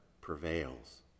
prevails